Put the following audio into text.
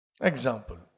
Example